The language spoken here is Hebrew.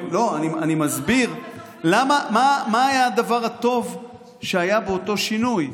אני מסביר מה היה הדבר הטוב שהיה באותו שינוי.